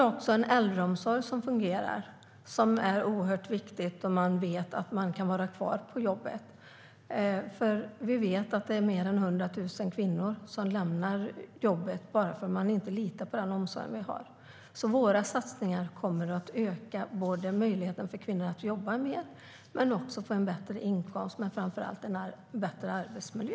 Äldreomsorgen måste också fungera. Det är oerhört viktigt för att veta om man kan vara kvar på jobbet. Vi vet att mer än 100 000 kvinnor lämnar jobbet bara för att de inte litar på den omsorg vi har. Våra satsningar kommer att öka möjligheterna för kvinnor att jobba mer och få en bättre inkomst och framför allt en bättre arbetsmiljö.